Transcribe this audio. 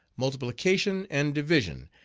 multiplication, and division,